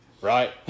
right